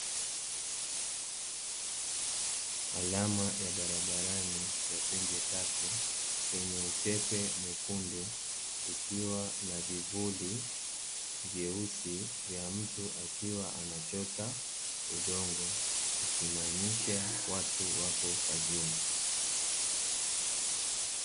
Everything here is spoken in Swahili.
Alama ya barabarani ya pembe tatu yenye utepe mwekundu, ikiwa na vivuli vyeusi vya mtu akiwa anachota udongo, ikimaanisha watu wako kazini.